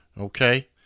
Okay